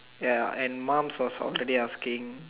ya and mom was already asking